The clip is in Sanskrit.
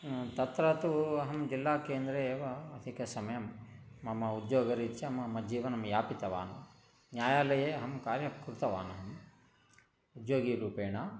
तत्र तु अहं जिल्लाकेन्द्रे एव अधिक समयं मम उद्योगरीत्या मम जीवनं यापितवान् न्यायालये अहं कार्यं कृतवानहं उद्योगिरूपेण